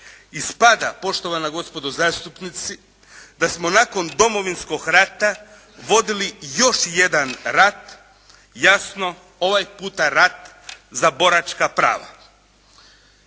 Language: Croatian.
Ispada poštovana gospodo zastupnici da smo nakon Domovinskog rata vodili još jedan rat, jasno ovaj puta rat za boračka prava.